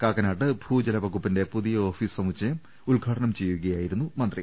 കാക്കനാട്ട് ഭൂജലവകുപ്പിന്റെ പുതിയ ഓഫീസ് സമുച്ചയം ഉദ്ഘാടനം ചെയ്യുകയായിരുന്നു മന്ത്രി